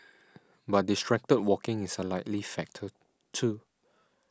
but distracted walking is a likely factor too